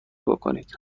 بکنید